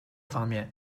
方面